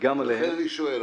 לכן אני שואל.